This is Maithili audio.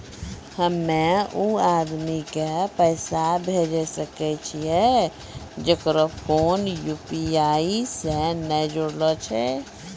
हम्मय उ आदमी के पैसा भेजै सकय छियै जेकरो फोन यु.पी.आई से नैय जूरलो छै?